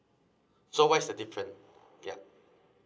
so what is the different yup